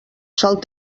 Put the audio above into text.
salt